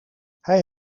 hij